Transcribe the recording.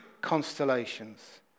constellations